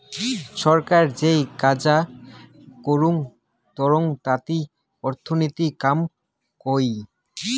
ছরকার যেই কাজা বুরুম করং তাতি অর্থনীতির কাম হই